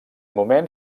moment